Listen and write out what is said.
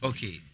Okay